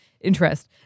interest